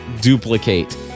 duplicate